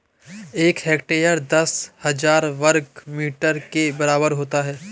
एक हेक्टेयर दस हज़ार वर्ग मीटर के बराबर होता है